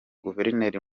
guverineri